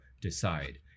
decide